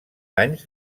anys